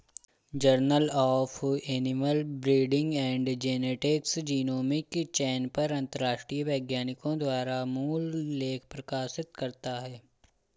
journal of animal breeding and genetics genomic चयन पर अंतरराष्ट्रीय वैज्ञानिकों द्वारा मूल लेख प्रकाशित करता है